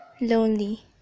Lonely